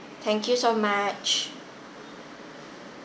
thank you so much